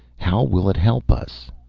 how will it help us?